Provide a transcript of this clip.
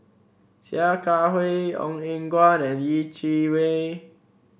Sia Kah Hui Ong Eng Guan and Yeh Chi Wei